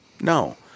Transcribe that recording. No